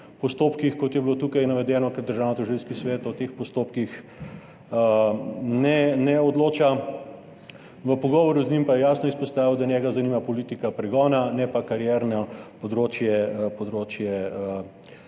postopkih, kot je bilo tukaj navedeno, ker Državnotožilski svet o teh postopkih ne ne odloča. V pogovoru z njim pa je jasno izpostavil, da njega zanima politika pregona, ne pa karierno področje